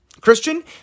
Christian